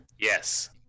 Yes